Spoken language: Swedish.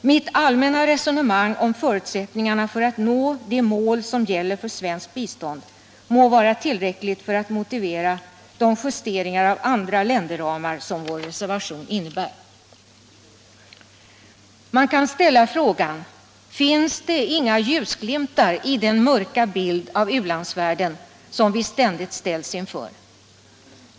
Mitt allmänna resonemang om förutsättningarna för att nå de mål som gäller för svenskt bistånd må vara tillräckligt för att motivera de justeringar av andra länderramar som vår reservation innebär. Man kan ställa frågan: Finns det inga ljusglimtar i den mörka bild av u-landsvärlden som vi ständigt möter?